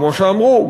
כמו שאמרו,